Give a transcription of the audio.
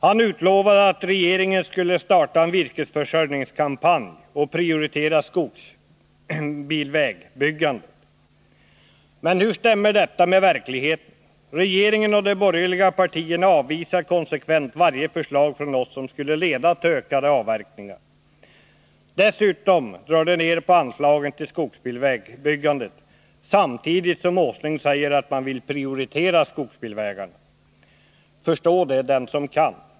Han utlovade att regeringen skulle starta en virkesförsörjningskampanj och prioritera skogsbilvägsbyggandet. Men hur stämmer detta med verkligheten? Regeringen och de borgerliga partierna avvisar konsekvent varje förslag från oss som skulle leda till ökade avverkningar. Dessutom drar de ner på anslagen till skogsbilvägsbyggandet samtidigt som industriminister Åsling säger att han vill prioritera skogsbilvägarna. Förstå det, den som kan.